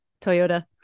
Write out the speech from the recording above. Toyota